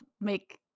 make